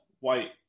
White